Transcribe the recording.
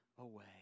away